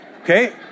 Okay